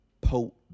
pope